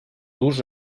durs